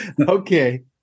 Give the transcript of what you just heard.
Okay